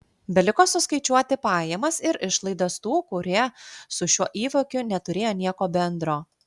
beliko suskaičiuoti pajamas ir išlaidas tų kurie su šiuo įvykiu neturėjo nieko bendro